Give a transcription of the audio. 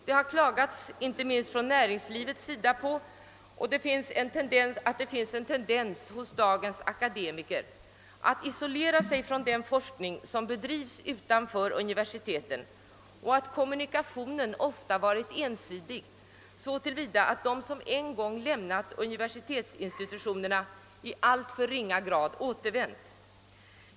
Det har inte minst från näringslivets sida klagats på att det finns en tendens hos dagens akademiker att isolera sig från den forskning som bedrivs utanför universiteten och att kommunikationen ofta varit ensidig, så till vida att de som en gång lämnat universitetsinstitutionerna i alltför ringa grad återvänt.